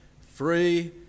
free